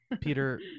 Peter